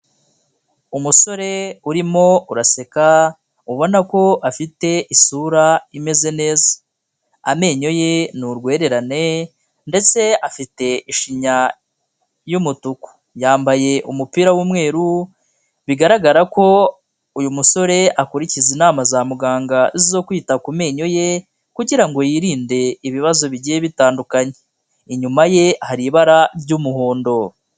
Umusore urimo uraseka, ubona ko afite isura imeze neza, amenyo ye ni urwererane ndetse afite ishinya y'umutuku. Yambaye umupira w'umweru, bigaragara ko uyu musore akurikiza inama za muganga zo kwita ku menyo ye kugira ngo yirinde ibibazo bigiye bitandukanye, inyuma ye hari ibara ry'umuhondo.